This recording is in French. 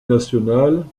nationale